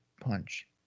punch